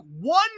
one